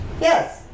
Yes